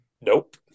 nope